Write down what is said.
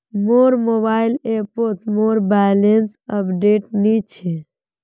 मोर मोबाइल ऐपोत मोर बैलेंस अपडेट नि छे